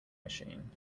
machine